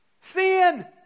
sin